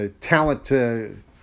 talent